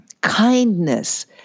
Kindness